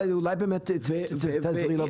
אולי באמת תעזרי לו בבקשה?